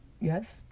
Yes